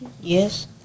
Yes